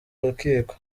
rukiko